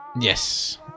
Yes